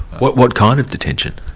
what what kind of detention?